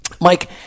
Mike